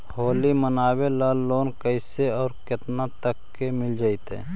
होली मनाबे ल लोन कैसे औ केतना तक के मिल जैतै?